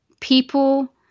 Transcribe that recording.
people